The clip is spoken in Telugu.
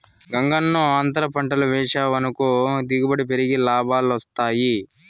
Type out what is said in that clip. గంగన్నో, అంతర పంటలు వేసావనుకో దిగుబడి పెరిగి లాభాలొస్తాయి